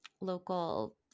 local